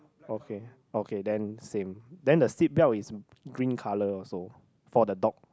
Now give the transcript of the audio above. okay okay then same then the seat belt is green colour also for the dog